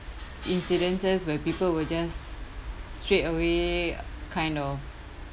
incidences where people will just straight away kind of